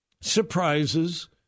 surprises